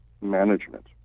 management